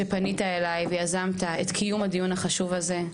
על שפנית אליי ויזמת את קיומו של הדיון החשוב הזה,